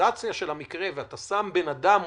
קונקרטיזציה של המקרה, ואתה שם בן אדם מולך,